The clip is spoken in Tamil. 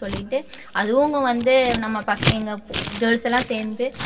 சொல்லிட்டு அதுவும் அவங்க வந்து நம்ம பச எங்கள் கேர்ல்ஸெல்லாம் சேர்ந்து